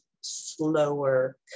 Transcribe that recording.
slower